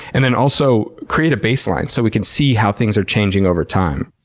and then also create a baseline so we can see how things are changing over time?